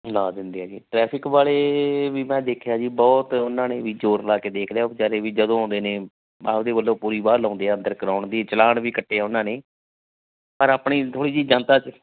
ਲਾ ਦਿੰਦੇ ਹੈਗੇ ਟਰੈਫਿਕ ਵਾਲੇ ਵੀ ਮੈਂ ਦੇਖਿਆ ਜੀ ਬਹੁਤ ਉਹਨਾਂ ਨੇ ਵੀ ਜ਼ੋਰ ਲਾ ਕੇ ਦੇਖ ਲਿਆ ਉਹ ਵਿਚਾਰੇ ਵੀ ਜਦੋਂ ਆਉਂਦੇ ਨੇ ਆਪਣੇ ਵੱਲੋਂ ਪੂਰੀ ਵਾਹ ਲਾਉਂਦੇ ਆ ਅੰਦਰ ਕਰਵਾਉਣ ਦੀ ਚਲਾਨ ਵੀ ਕੱਟੇ ਉਹਨਾਂ ਨੇ ਪਰ ਆਪਣੀ ਥੋੜ੍ਹੀ ਜਿਹੀ ਜਨਤਾ 'ਚ